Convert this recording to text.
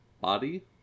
body